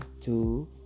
two